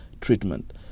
treatment